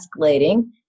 escalating